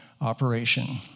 operation